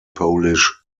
polish